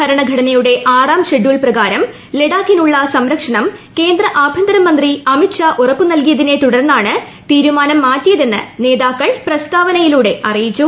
ഭരണഘടനയുടെ ആറാം ഷെഡ്യൂൾ പ്രകാരം ലഡാക്കിന് ഉള്ള സംരക്ഷണം കേന്ദ്ര ആഭ്യന്തര മന്ത്രി അമിത് ഷാ ഉറപ്പു നൽകിയതിനെ തുടർന്നീറണ് തീരുമാനം മാറ്റിയതെന്ന് നേതാക്കൾ പ്രസ്താവിജിയിലൂടെ അറിയിച്ചു